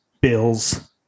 Bills